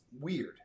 weird